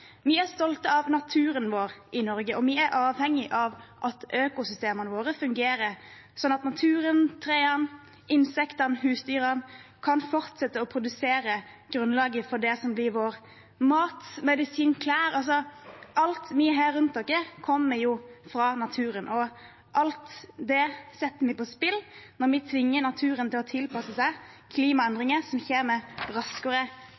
Vi er stolte av naturen vår i Norge, og vi er avhengig av at økosystemene våre fungerer, slik at naturen, trærne, insektene og husdyrene kan fortsette å produsere grunnlaget for det som blir vår mat, medisin, klær – for alt vi har rundt oss, kommer jo fra naturen. Alt dette setter vi på spill når vi tvinger naturen til å tilpasse seg klimaendringer, som kommer raskere